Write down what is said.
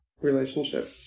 relationship